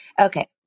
Okay